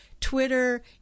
Twitter